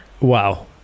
Wow